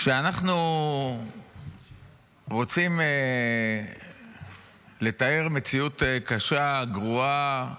כשאנחנו רוצים לתאר מציאות קשה, גרועה,